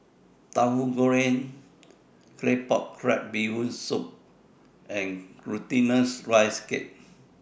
Tauhu Goreng Claypot Crab Bee Hoon Soup and Glutinous Rice Cake